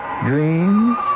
dreams